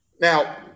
Now